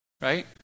Right